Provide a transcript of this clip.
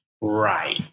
Right